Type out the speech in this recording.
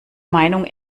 meinung